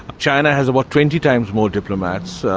china has about twenty times more diplomats.